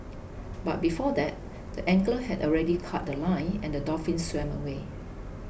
but before that the angler had already cut The Line and the dolphin swam away